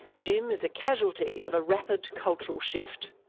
jim is a casualty of a rapid cultural shift.